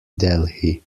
delhi